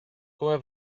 come